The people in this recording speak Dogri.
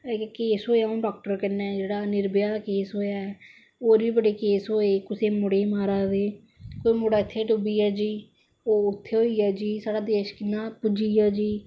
इक केस होया हून डाॅक्टर कन्ने जोहडा निर्भया दा केस होआ कुसै मुडे़ गी मारा दे कोई मुड़ा इत्थे डुब्बी गेआ जी कोई उत्थै होई गेआ जी एह् साढ़ा देश कियां पुज्जी गेआ जी